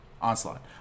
Onslaught